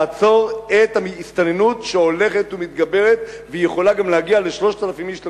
לעצור את ההסתננות שהולכת ומתגברת ויכולה להגיע גם ל-3,000 איש לחודש,